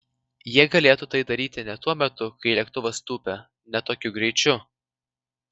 jie galėtų tai daryti ne tuo metu kai lėktuvas tūpia ne tokiu greičiu